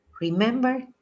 remember